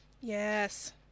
Yes